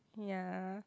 ya